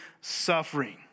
suffering